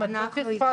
לא פספסנו?